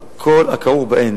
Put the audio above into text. על כל הכרוך בהם.